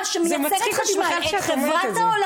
מוזמן לבוא אלינו.